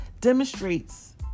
demonstrates